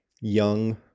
young